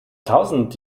tausend